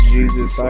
Jesus